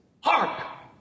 hark